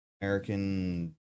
American